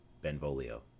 Benvolio